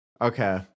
Okay